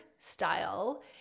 style